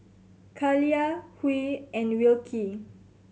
Kaliyah Huey and Wilkie